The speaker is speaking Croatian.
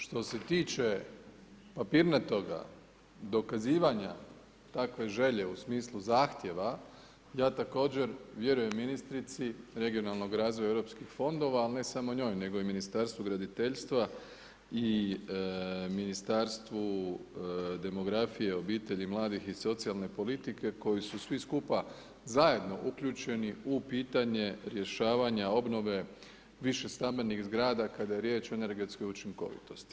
Što se tiče papirnatoga, dokazivanja takve želje u smislu Zahtjeva, ja također vjerujem ministrici Regionalnoga razvoja i Europskih fondova, ali ne samo njoj, nego i Ministarstvu graditeljstva, i Ministarstvu demografije, obitelji, mladih i socijalne politike, koji su svi skupa zajedno uključeni u pitanje rješavanja obnove više stambenih zgrada, kada je riječ o energetskoj učinkovitosti.